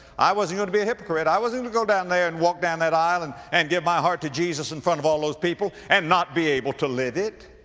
i wasn't going to be a hypocrite. i wasn't going to go down there and walk down that isle, and, and give my heart to jesus in front of all those people and not be able to live it.